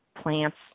plants